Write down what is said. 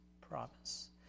promise